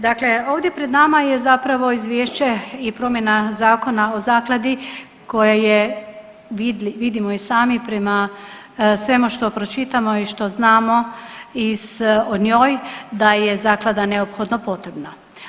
Dakle, ovdje pred nama je zapravo izvješće i promjena zakona o zakladi koja je vidimo i sami prema svemu što pročitamo i što znamo o njoj da je zaklada neophodno potrebna.